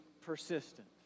persistent